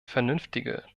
vernünftige